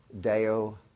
deo